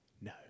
No